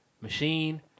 machine